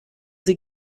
sie